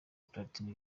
platini